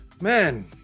Man